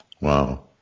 wow